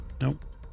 Nope